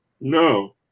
No